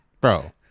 Bro